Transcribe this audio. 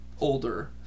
older